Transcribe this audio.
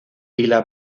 pila